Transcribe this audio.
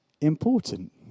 important